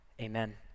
amen